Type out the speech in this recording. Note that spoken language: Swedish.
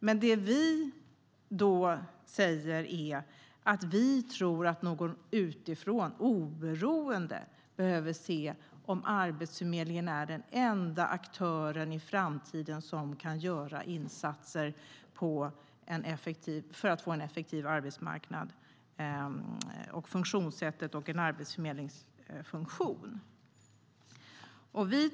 Men det vi säger är att vi tror att någon oberoende utifrån behöver se om Arbetsförmedlingen är den enda aktören i framtiden som kan göra insatser för att få en effektiv arbetsmarknad och en arbetsförmedlingsfunktion.